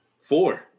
Four